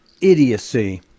idiocy